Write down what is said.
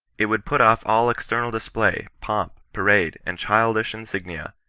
it would put off all external display, pomp, parade, and childish insignia,